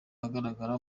agaragara